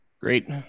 Great